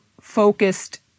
focused